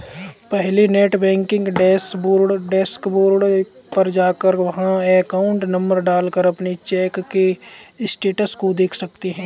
पहले net banking dashboard पर जाकर वहाँ अकाउंट नंबर डाल कर अपने चेक के स्टेटस को देख सकते है